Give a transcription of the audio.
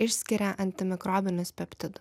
išskiria antimikrobinius peptidus